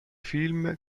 film